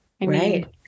right